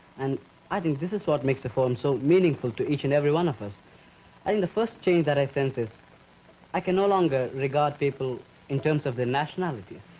and i think this is what makes the forum so meaningful to each and every one of us i think the first change that i sense is i can no longer regard people in terms of their nationalities,